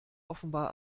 offenbar